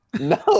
No